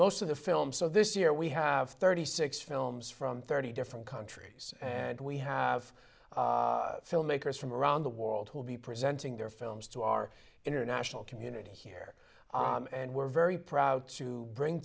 most of the film so this year we have thirty six films from thirty different countries and we have filmmakers from around the world will be presenting their films to our international community here and we're very proud to bring